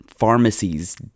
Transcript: Pharmacies